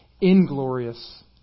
inglorious